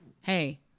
hey